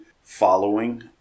following